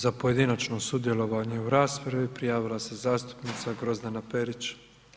Za pojedinačno sudjelovanje u raspravi prijavila se zastupnica Grozdana Perić.